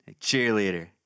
Cheerleader